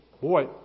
Boy